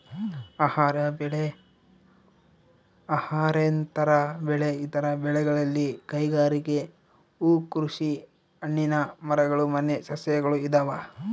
ಆಹಾರ ಬೆಳೆ ಅಹಾರೇತರ ಬೆಳೆ ಇತರ ಬೆಳೆಗಳಲ್ಲಿ ಕೈಗಾರಿಕೆ ಹೂಕೃಷಿ ಹಣ್ಣಿನ ಮರಗಳು ಮನೆ ಸಸ್ಯಗಳು ಇದಾವ